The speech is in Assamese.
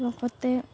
লগতে